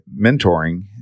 mentoring